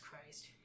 Christ